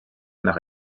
nach